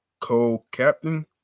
co-captain